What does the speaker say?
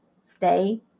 stay